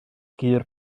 gur